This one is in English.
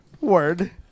word